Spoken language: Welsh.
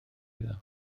iddo